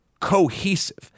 cohesive